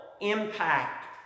impact